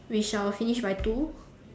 we shall finish by two